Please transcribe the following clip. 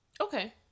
Okay